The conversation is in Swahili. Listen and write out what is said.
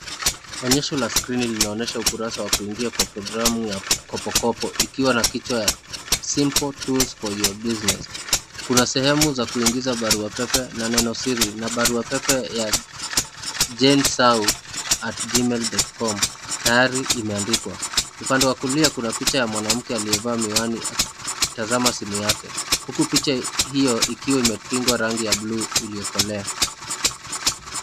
Onyesho la Skrini linaonesha ukarasa la kuingia kwanye programu ya kopo Kopo. Ikiwa na kichwa ya (simple tools for your business). Kuna sehemu ya kuingiza barua pepe na neno siri, na barua pepe ya janesau@gmail.com tayari imeandikwa. Upande wa kulia kuna picha ya mwanamke aliyevaa miwani akitazama simu yake. Huku picha ikiwa imetikwa rangi ya buluu iliyo kolea .